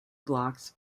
blocks